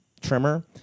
trimmer